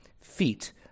feet